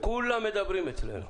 כולם מדברים אצלנו.